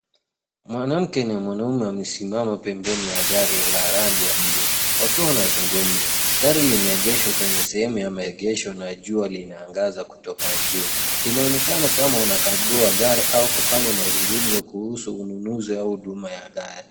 Mwanamke na mwanume wamesimama pembeni ya gari la rangi ya bluu wakiwa wanazungumza. Gari limeegeshwa kwenye sehemu ya maegesho na jua linaangaza kutoka juu. Inaonekana kama wanakagua gari au kufanya mazungumzo kuhusu ununuzi au huduma ya gari.